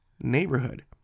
neighborhood